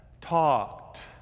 talked